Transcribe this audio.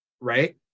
right